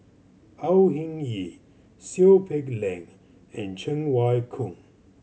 Au Hing Yee Seow Peck Leng and Cheng Wai Keung